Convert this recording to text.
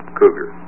cougar